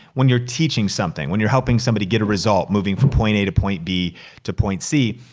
when you're teaching something, when you're helping somebody get a result moving from point a to point b to point c.